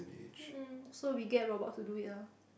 um so we get robots to do it lah